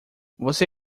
você